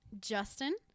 Justin